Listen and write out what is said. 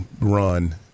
run